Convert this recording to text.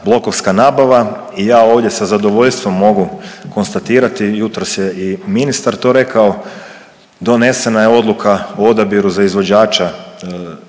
blokovska nabava i ja ovdje sa zadovoljstvom mogu konstatirati, jutros je i ministar to rekao donesena je odluka o odabiru za izvođača